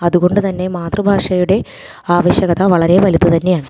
അതുകൊണ്ട് തന്നെ മാതൃഭാഷയുടെ ആവശ്യകത വളരെ വലുത് തന്നെയാണ്